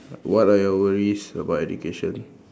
what are your worries about education